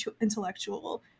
intellectual